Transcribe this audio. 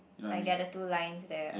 like the other two lines there